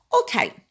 Okay